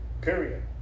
period